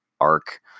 arc